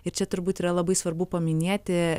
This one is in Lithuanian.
ir čia turbūt yra labai svarbu paminėti